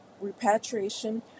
repatriation